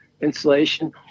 insulation